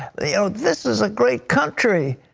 this is a great country.